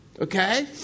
Okay